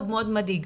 מאוד מאוד מדאיג.